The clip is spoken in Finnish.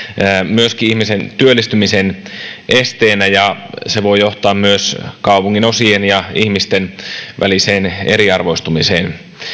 myöskin ihmisen työllistymisen esteenä ja se voi johtaa myös kaupunginosien ja ihmisten väliseen eriarvoistumiseen